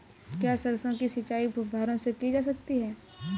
क्या सरसों की सिंचाई फुब्बारों से की जा सकती है?